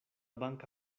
banka